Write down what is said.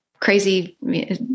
crazy